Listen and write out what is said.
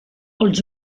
els